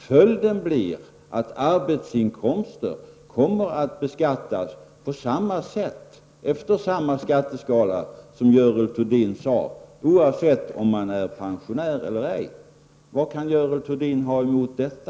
Följden blir att arbetsinkomster kommer att beskattas på samma sätt, efter samma skatteskala, oavsett om man är pensionär eller ej. Vad kan Görel Thurdin ha emot detta?